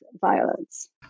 violence